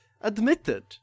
admitted